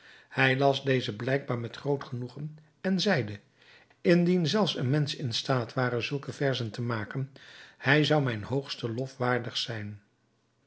hij las deze blijkbaar met groot genoegen en zeide indien zelfs een mensch in staat ware zulke verzen te maken hij zou mijn hoogsten lof waardig zijn